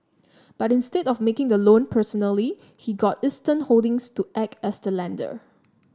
but instead of of making the loan personally he got Eastern Holdings to act as the lender